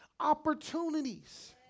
opportunities